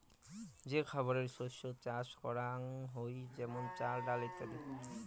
যে খাবারের শস্য চাষ করাঙ হই যেমন চাল, ডাল ইত্যাদি